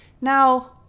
Now